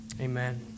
Amen